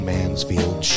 Mansfield